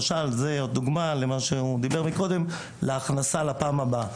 זו דוגמה להכנסה בפעם הבאה.